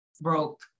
broke